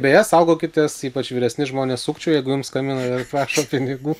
beje saugokitės ypač vyresni žmonės sukčių jeigu jums skambina ir prašo pinigų